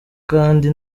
kandi